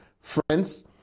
Friends